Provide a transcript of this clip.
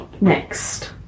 Next